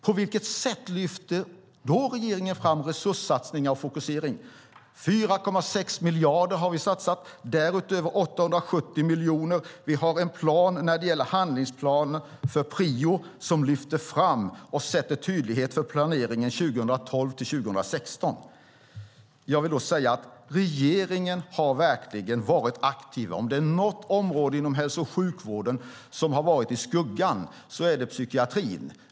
På vilket sätt lyfte då regeringen fram resurssatsningar och fokusering? 4,6 miljarder har vi satsat, och därutöver 870 miljoner. Vi har handlingsplanen PRIO, som lyfter fram och ger tydlighet för planeringen 2012-2016. Jag vill då säga att regeringen verkligen har varit aktiv. Om det är något område inom hälso och sjukvården som har varit i skuggan är det psykiatrin.